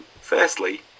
firstly